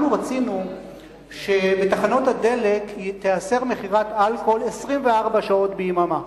אנחנו רוצים שבתחנות הדלק תיאסר מכירת אלכוהול 24 שעות ביממה.